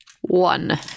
One